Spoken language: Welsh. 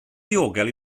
ddiogel